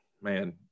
man